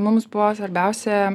mums buvo svarbiausia